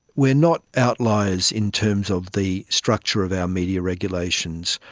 we are not outliers in terms of the structure of our media regulations,